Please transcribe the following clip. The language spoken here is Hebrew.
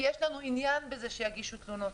כי יש לנו עניין בזה שיגישו תלונות,